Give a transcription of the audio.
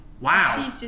Wow